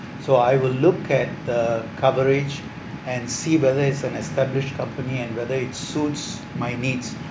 so I will look at the coverage and see whether it's an established company and whether it suits my needs